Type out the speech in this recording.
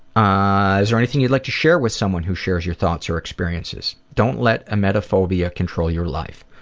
ah is there anything you'd like to share with someone who shares your thoughts or experiences don't let emetophobia control your life.